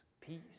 Peace